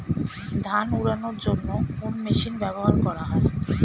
ধান উড়ানোর জন্য কোন মেশিন ব্যবহার করা হয়?